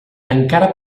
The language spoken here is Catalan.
encara